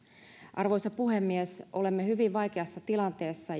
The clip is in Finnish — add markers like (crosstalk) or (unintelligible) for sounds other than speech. arvoisa puhemies olemme hyvin vaikeassa tilanteessa (unintelligible)